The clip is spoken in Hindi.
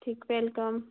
ठीक वेलकम